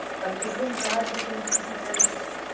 but to whom god begins to be gracious,